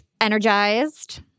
energized